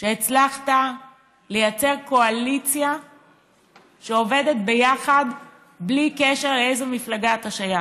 שהצלחת לייצר קואליציה שעובדת ביחד בלי קשר לאיזו מפלגה אתה שייך.